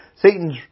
Satan's